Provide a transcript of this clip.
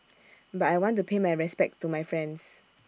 but I want to pay my respects to my friends